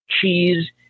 cheese